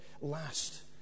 last